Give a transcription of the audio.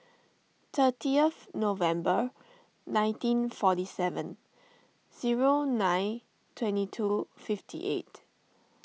thirtieth November nineteen forty seven zero nine twenty two fifty eight